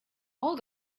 all